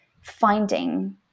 finding